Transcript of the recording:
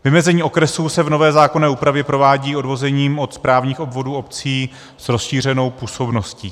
Vymezení okresů se v nové zákonné úpravě provádí odvozením od správních obvodů obcí s rozšířenou působností.